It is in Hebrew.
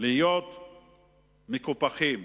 להיות מקופחים